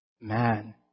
Man